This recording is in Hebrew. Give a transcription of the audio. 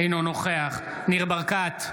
אינו נוכח ניר ברקת,